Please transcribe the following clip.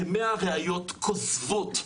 כ-100 ראיות כוזבות,